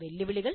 വെല്ലുവിളികൾ